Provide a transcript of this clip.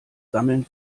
sammeln